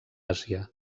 àsia